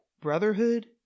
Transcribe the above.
Brotherhood